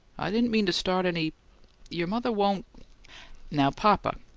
i didn't mean to start any your mother won't now, papa!